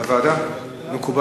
אם כך,